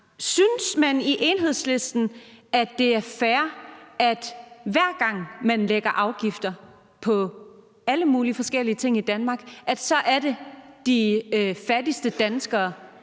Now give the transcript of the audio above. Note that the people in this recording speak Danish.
Synes man i Enhedslisten, at det er fair, at hver gang der lægges afgifter på alle mulige forskellige ting i Danmark, så er det de fattigste danskere,